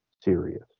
serious